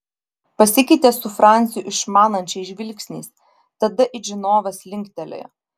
pasikeitė su franciu išmanančiais žvilgsniais tada it žinovas linktelėjo